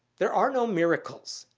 there are no miracles.